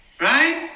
Right